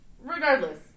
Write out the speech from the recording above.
Regardless